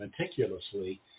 meticulously